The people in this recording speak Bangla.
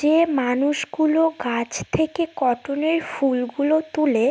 যে মানুষগুলো গাছ থেকে কটনের ফুল গুলো তুলে